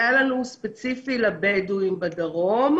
היה לנו ספציפי לבדואים בדרום.